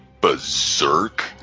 berserk